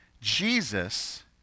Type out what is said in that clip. Jesus